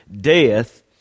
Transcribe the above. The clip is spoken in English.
death